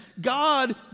God